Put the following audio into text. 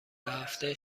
هفته